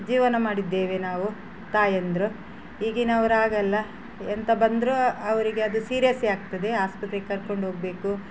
ಜೀವನ ಮಾಡಿದ್ದೇವೆ ನಾವು ತಾಯಂದಿರು ಈಗಿನವರು ಹಾಗಲ್ಲ ಎಂತ ಬಂದರು ಅವರಿಗೆ ಅದು ಸಿರಿಯಸ್ಸೇ ಆಗ್ತದೆ ಆಸ್ಪತ್ರೆಗೆ ಕರ್ಕೊಂಡೋಗಬೇಕು